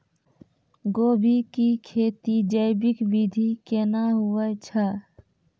गोभी की खेती जैविक विधि केना हुए छ?